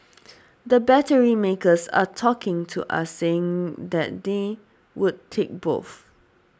the battery makers are talking to us saying that they would take both